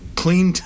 clean